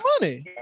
money